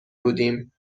بودیم